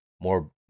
More